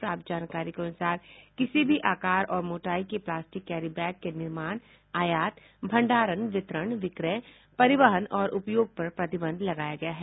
प्राप्त जानकारी के अनुसार किसी भी आकार और मोटाई के प्लास्टिक कैरी बैग के निर्माण आयात भंडारण वितरण विक्रय परिवहन और उपयोग पर प्रतिबंध लगाया गया है